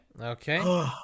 Okay